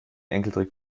enkeltrick